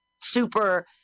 super